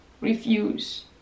Refuse